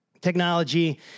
Technology